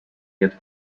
yet